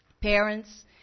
parents